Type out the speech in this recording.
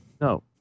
No